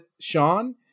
Sean